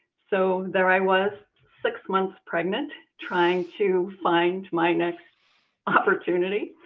so, there i was, six months pregnant trying to find my next opportunity.